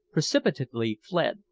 precipitately fled,